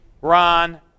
Ron